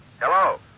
Hello